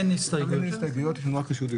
אין הסתייגויות.